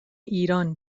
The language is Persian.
ایران